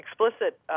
explicit